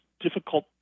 difficult